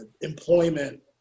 employment